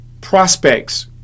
prospects